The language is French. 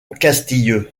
castille